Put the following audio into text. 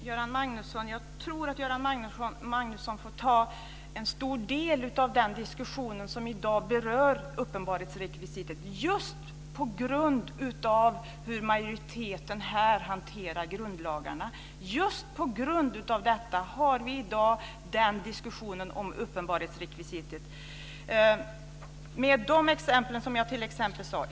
Herr talman! Jag tror att Göran Magnusson får ta en stor del av den diskussion som i dag berör uppenbarhetsrekvisitet, just på grund av hur majoriteten här hanterar grundlagarna. På grund av detta har vi i dag en diskussion om uppenbarhetsrekvisitet, med de exempel som jag gav.